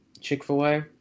Chick-fil-A